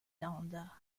landes